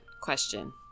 question